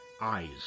eyes